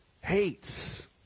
hates